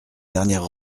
dernière